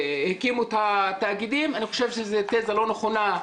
הקימו את התאגידים, אני חושב שזה תזה לא נכונה.